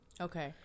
Okay